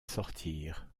sortir